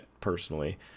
personally